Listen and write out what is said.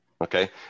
Okay